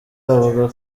avuga